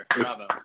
Bravo